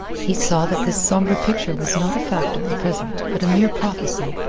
he saw that this somber picture was not a fact of the present, but a mere prophecy.